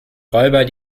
räuber